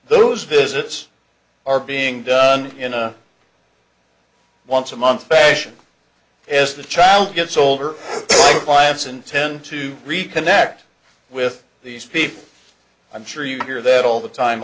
those visits are being done in a once a month fashion as the child gets older five's intend to reconnect with these people i'm sure you hear that all the time